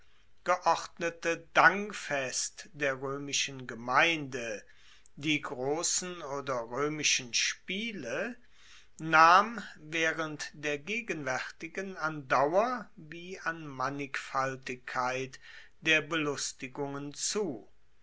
geordnete dankfest der roemischen gemeinde die grossen oder roemischen spiele nahm waehrend der gegenwaertigen an dauer wie an mannigfaltigkeit der belustigungen zu